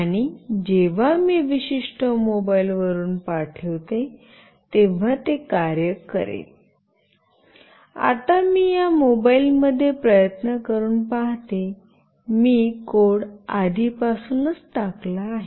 आणि जेव्हा मी विशिष्ट मोबाइलवरून पाठवितो तेव्हा ते कार्य करेल आता मी या मोबाइलमध्ये प्रयत्न करून पाहतो मी कोड आधीपासूनच टाकला आहे